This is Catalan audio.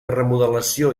remodelació